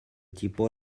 tipo